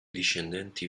discendenti